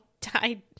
died